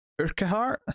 Urkehart